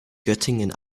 göttingen